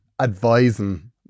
advising